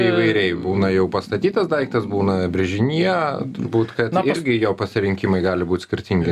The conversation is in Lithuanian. įvairiai būna jau pastatytas daiktas būna brėžinyje turbūt kad irgi jo pasirinkimai gali būt skirtingi